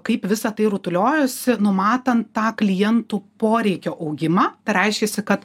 kaip visa tai rutuliojosi numatant tą klientų poreikio augimą tai reiškiasi kad